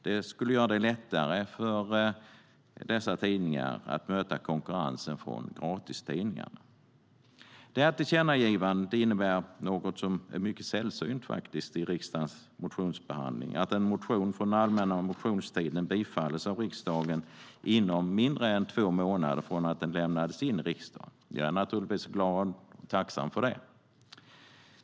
Det skulle göra det lättare för dessa tidningar att möta konkurrensen från gratistidningarna. Jag är naturligtvis glad och tacksam för det.